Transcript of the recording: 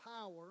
power